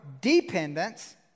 dependence